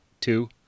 two